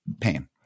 pain